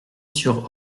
sur